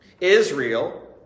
Israel